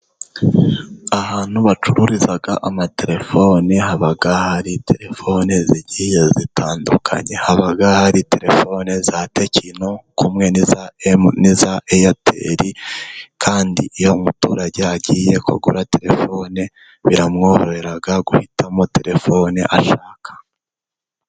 Ahantu bacururiza amatelefoni, haba hari telefoni zigiye zitandukanye, haba hari telefoni za Tekino kumwe n'iza Eyateli, kandi iyo umuturage agiye kugura telefone, biramworohera guhitamo telefone ashaka.